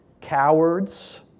cowards